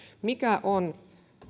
mikä on